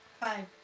Five